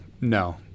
no